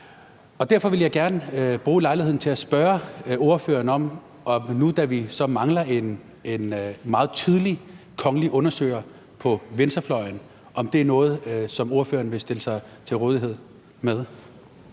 Derfor vil jeg gerne bruge lejligheden til at spørge ordføreren, da vi mangler en meget tydelig kongelig undersøger på venstrefløjen, om det er noget, som ordføreren vil stille sig til rådighed for.